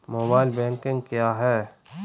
Mobile banking क्या है?